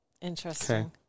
Interesting